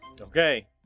okay